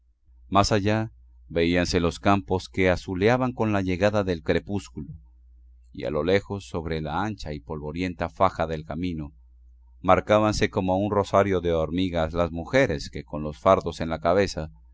más allá veíanse los campos que azuleaban con la llegada del crepúsculo y a lo lejos sobre la ancha y polvorienta faja del camino marcábanse como un rosario de hormigas las mujeres que con los fardos en la cabeza